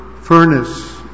furnace